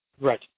Right